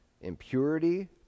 impurity